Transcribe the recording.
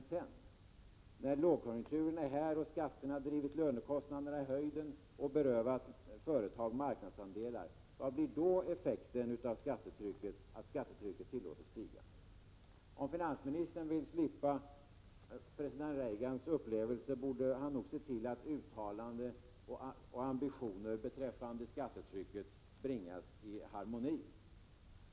Men sedan, när lågkonjunkturerna är här och skatterna har drivit lönekostnaderna i höjden och berövat företag marknadsandelar, vad blir då effekten av att skattetrycket tillåts stiga? Om finansministern vill slippa president Reagans upplevelse borde han nog se till att uttalanden och ambitioner beträffande skattetrycket bringas i harmoni.